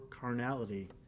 carnality